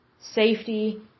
safety